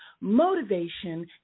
motivation